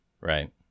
Right